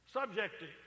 subjective